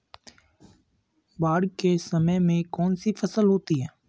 बाढ़ के समय में कौन सी फसल होती है?